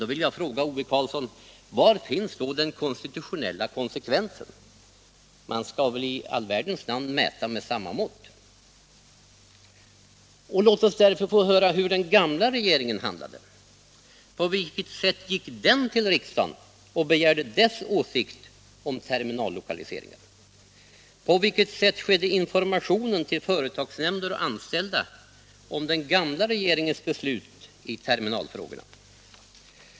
Då vill jag fråga herr Ove Karlsson: Var finns då den konstitutionella konsekvensen? Man skall väl mäta med samma mått. Låt oss därför få höra hur den gamla regeringen handlade. På vilket sätt gick den till riksdagen och begärde dess åsikt om terminallokaliseringar? På vilket sätt skedde informationen till företagsnämnder och anställda om den gamla regeringens beslut i terminalfrågorna?